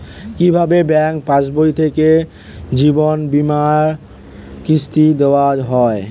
কি ভাবে ব্যাঙ্ক পাশবই থেকে জীবনবীমার কিস্তি দেওয়া হয়?